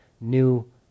new